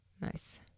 Nice